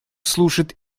служит